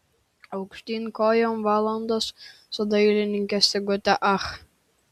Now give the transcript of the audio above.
aukštyn kojom valandos su dailininke sigute ach